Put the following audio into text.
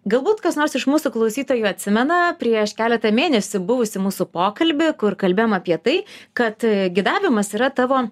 galbūt kas nors iš mūsų klausytojų atsimena prieš keletą mėnesių buvusį mūsų pokalbį kur kalbėjom apie tai kad gyvenimas yra tavo